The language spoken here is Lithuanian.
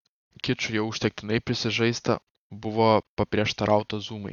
kiču jau užtektinai prisižaista buvo paprieštarauta zumai